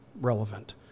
relevant